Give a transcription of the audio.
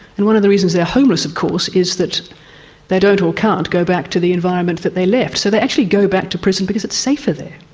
and one of the reasons they are homeless of course is that they don't or can't go back to the environment that they left, so they actually go back to prison because it's safer there.